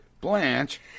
Blanche